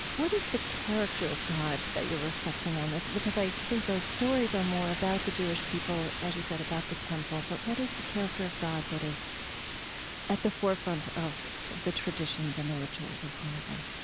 what is the character of god that you're reflecting on then? because i think those stories are more about the jewish people, as you said, about the temple. but what is the character of god that is at the forefront of the traditions and the rituals of hanukkah?